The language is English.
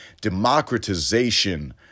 democratization